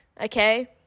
okay